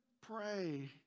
pray